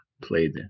played